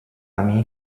amie